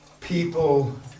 people